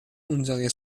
unsere